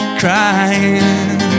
crying